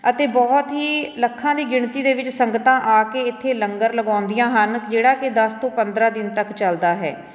ਅਤੇ ਬਹੁਤ ਹੀ ਲੱਖਾਂ ਦੀ ਗਿਣਤੀ ਦੇ ਵਿੱਚ ਸੰਗਤਾਂ ਆ ਕੇ ਇੱਥੇ ਲੰਗਰ ਲਗਾਉਂਦੀਆਂ ਹਨ ਜਿਹੜਾ ਕਿ ਦਸ ਤੋਂ ਪੰਦਰ੍ਹਾਂ ਦਿਨ ਤੱਕ ਚੱਲਦਾ ਹੈ